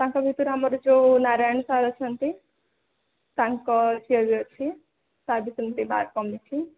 ତାଙ୍କ ଭିତରୁ ଆମ ଯେଉଁ ନାରାୟଣ ସାର୍ ଅଛନ୍ତି ତାଙ୍କ ଝିଅ ଯେଉଁ ଅଛି ତା'ର ବି ସେମିତି ମାର୍କ୍ କମିଛି